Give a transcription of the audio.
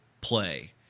play